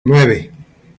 nueve